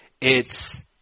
it's-